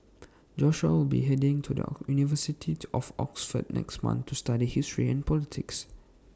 Joshua will be heading to the university of Oxford next month to study history and politics